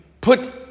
put